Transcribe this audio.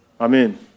Amen